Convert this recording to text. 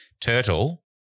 Turtle